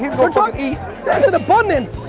we're talking. there's an abundance.